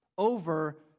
Over